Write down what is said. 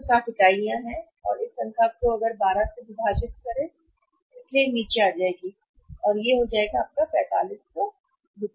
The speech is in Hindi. और यह 360 इकाइयों की संख्या 12 से विभाजित है इसलिए यह नीचे आ जाएगी क्योंकि यह आ जाएगी जितना 4500 रु